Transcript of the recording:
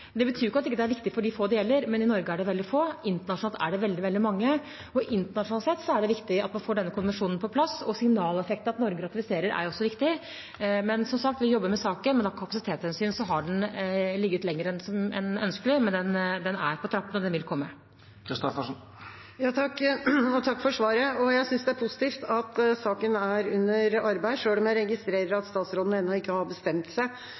Det betyr ikke at det ikke er viktig for de få det gjelder, men i Norge er det veldig få. Internasjonalt er det veldig mange, og internasjonalt sett er det viktig at man får denne konvensjonen på plass. Signaleffekten av at Norge ratifiserer, er også viktig. Men som sagt: Vi jobber med saken, men av kapasitetshensyn har den ligget lenger enn ønskelig. Den er imidlertid på trappene, og den vil komme. Takk for svaret. Jeg synes det er positivt at saken er under arbeid, selv om jeg registrerer at statsråden ennå ikke har bestemt seg